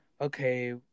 okay